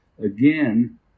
again